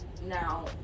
now